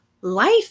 life